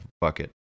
bucket